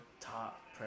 top